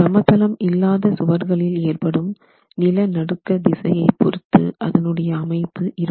சமதளம் இல்லாத சுவர்களில் ஏற்படும் நிலநடுக்க திசையைப் பொறுத்து அதனுடைய அமைப்பு இருக்கும்